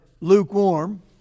lukewarm